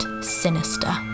sinister